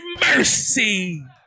mercy